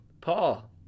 Paul